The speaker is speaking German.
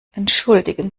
entschuldigen